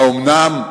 האומנם?